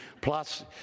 plus